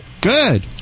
good